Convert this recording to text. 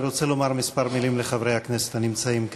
אבל אני רוצה לומר כמה מילים לחברי הכנסת הנמצאים כאן.